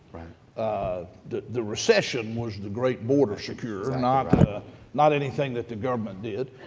ah the the recession was the great border secure, not the not anything that the government did.